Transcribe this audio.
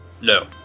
No